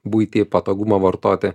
buitį patogumą vartoti